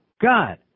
God